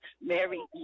Mary